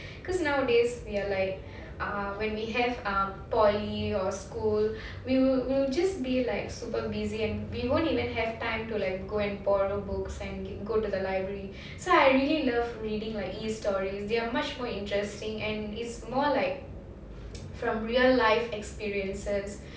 because nowadays we are like ah when we have ah polytechnic or school we'll we'll just be like super busy and we won't even have time to like go and borrow books and you go to the library so I really love reading like e-stories they are much more interesting and it's more like from real life experiences